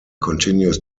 continues